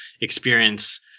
experience